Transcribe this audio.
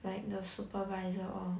like the supervisor all